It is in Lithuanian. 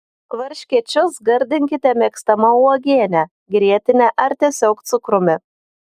varškėčius gardinkite mėgstama uogiene grietine ar tiesiog cukrumi